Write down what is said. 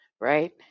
Right